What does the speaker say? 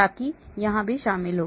ताकि यहां भी शामिल हो